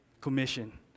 commission